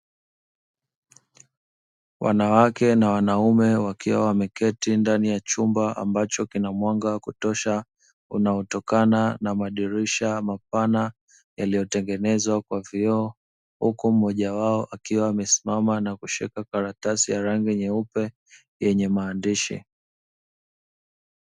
Wanawake na wanaume , wakiwa wameketi ndani ya chumba ambacho kina mwanga wa kutosha , unaotokana na madirisha mapana yaliyoyengenezwa kwa vioo, huku mmoja wao akiwa amesimama na kushika karatasi ya rangi nyeupe yenye maandishi.